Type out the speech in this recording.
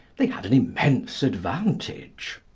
they had an immense advantage.